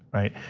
right?